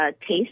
taste